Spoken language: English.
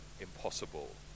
impossible